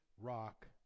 rock